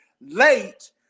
late